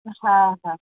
हा हा